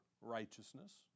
righteousness